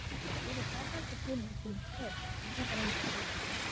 हॅं ई त सब रङ्गके फूल ने किनतै कोनो एक रङ्गके फूल